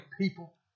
people